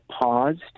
paused